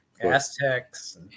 Aztecs